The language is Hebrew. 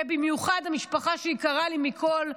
ובמיוחד משפחה שיקרה לי מכול,